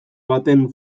baten